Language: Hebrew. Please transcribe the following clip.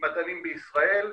מדענים בישראל.